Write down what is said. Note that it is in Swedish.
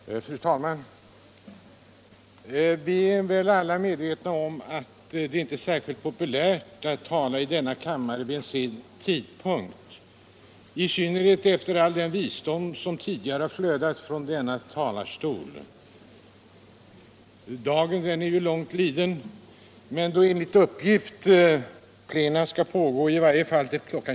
Fru talman! Vi är väl alla medvetna om att det inte är särskilt populärt att tala i denna kammare vid en sen tidpunkt, i synnerhet inte efter all den visdom som tidigare har flödat från denna talarstol. Dagen är långt liden, men då enligt uppgift plenum skall pågå till i varje fall kl.